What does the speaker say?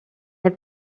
have